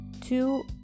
two